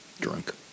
Drunk